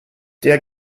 der